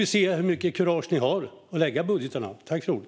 Vi får se hur mycket kurage de har när de lägger fram sina förslag.